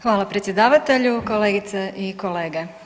Hvala predsjedavatelju, kolegice i kolege.